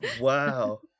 Wow